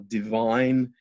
divine